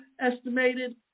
estimated